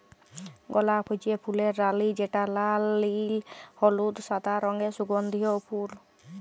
গলাপ হচ্যে ফুলের রালি যেটা লাল, নীল, হলুদ, সাদা রঙের সুগন্ধিও ফুল